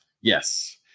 Yes